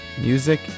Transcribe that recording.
Music